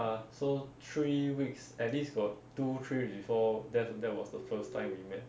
ya so three weeks at least got two three weeks before that that was the first time we met